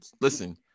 Listen